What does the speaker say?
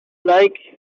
like